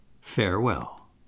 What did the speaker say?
farewell